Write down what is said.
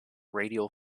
radial